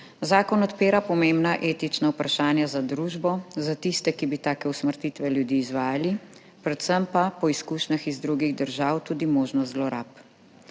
Zakon odpira pomembna etična vprašanja za družbo, za tiste, ki bi take usmrtitve ljudi izvajali, predvsem pa, po izkušnjah iz drugih držav, tudi možnost zlorab.